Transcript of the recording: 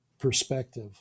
perspective